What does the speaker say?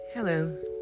Hello